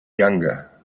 younger